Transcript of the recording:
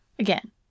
again